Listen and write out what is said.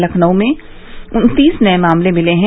लखनऊ में उन्तीस नए मामले मिले हैं